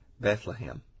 Bethlehem